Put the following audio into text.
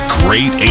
great